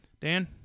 Dan